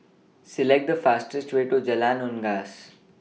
Select The fastest Way to Jalan Unggas